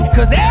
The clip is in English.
Cause